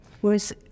Whereas